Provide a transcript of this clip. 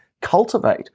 cultivate